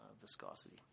viscosity